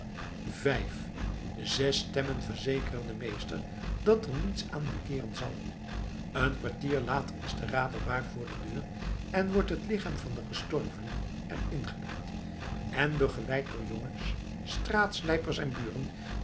vijf zes stemmen verzekeren den meester dat er niets aan mankeeren zal een kwartier later is de raderbaar voor de deur en wordt het lichaam van den gestorvene er in gelegd en begeleid door jongens straatslijpers en buren